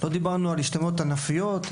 לא דיברנו על השתלמויות ענפיות,